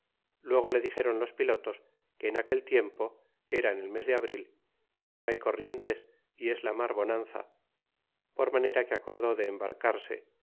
luego le dixeron los pilotos que ni en aquel tiempo era en el mes de abril y que no hay corrientes y es la mar bonanza por manera que acordó de embarcarse